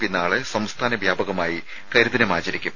P നാളെ സംസ്ഥാന വ്യാപകമായി കരിദിനം ആചരിക്കും